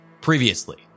previously